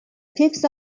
fifth